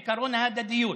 עקרון ההדדיות.